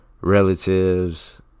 relatives